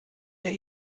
der